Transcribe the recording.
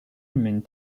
mène